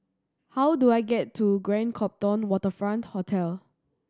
how do I get to Grand Copthorne Waterfront Hotel